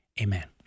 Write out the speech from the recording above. Amen